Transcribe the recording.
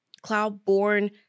cloud-born